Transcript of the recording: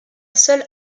seule